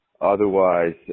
Otherwise